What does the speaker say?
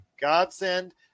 godsend